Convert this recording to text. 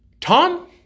Tom